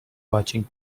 watching